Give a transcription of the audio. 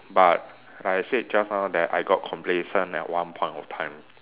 but like I said just now that I got complacent at one point of time